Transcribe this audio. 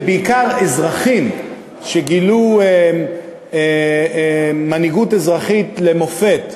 ובעיקר אזרחים שגילו מנהיגות אזרחית למופת,